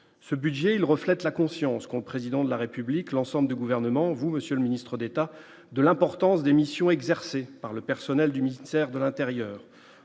ce budget, il reflète la conscience qu'on, président de la République, l'ensemble du gouvernement, vous Monsieur le Ministre d'État de l'importance des missions exercées par le personnel du ministère de l'Intérieur,